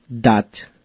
dot